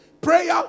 Prayer